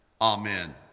Amen